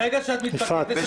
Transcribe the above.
ברגע שאת מתפקדת יש